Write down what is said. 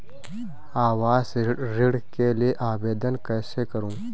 आवास ऋण के लिए आवेदन कैसे करुँ?